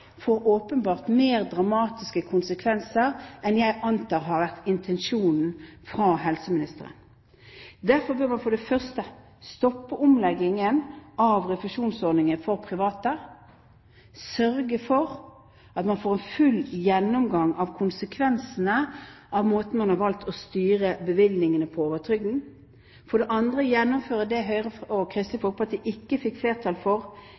åpenbart mer dramatiske konsekvenser enn jeg antar har vært helseministerens intensjon. Derfor bør man for det første stoppe omleggingen av refusjonsordningen for private og sørge for at man får en full gjennomgang av konsekvensene av måten man har valgt å styre bevilgningene på over trygden, for det andre gjennomføre det Høyre og Kristelig Folkeparti ikke fikk flertall for